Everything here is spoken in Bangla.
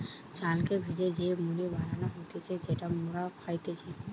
চালকে ভেজে যে মুড়ি বানানো হতিছে যেটা মোরা খাইতেছি